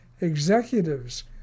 Executives